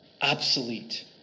obsolete